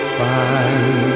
find